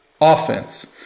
offense